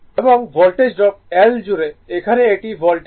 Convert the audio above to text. এবং voltage drop L জুড়ে এখানে এটি ভোল্টেজ